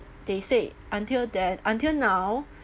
they say until then until now